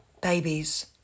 babies